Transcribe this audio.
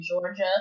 Georgia